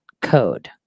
Code